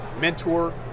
mentor